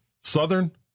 Southern